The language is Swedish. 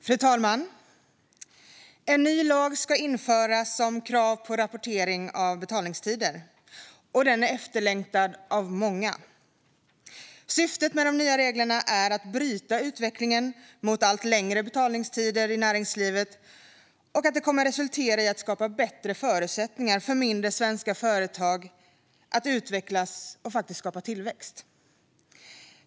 Fru talman! En ny lag ska införas om krav på rapportering av betalningstider. Den är efterlängtad av många. Syftet med de nya reglerna är att bryta utvecklingen mot allt längre betalningstider i näringslivet. Det kommer att resultera i bättre förutsättningar för mindre svenska företag att utvecklas och skapa tillväxt.